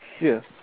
Yes